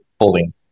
holding